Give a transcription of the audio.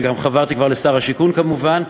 וגם חברתי כבר לשר השיכון כמובן,